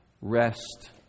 rest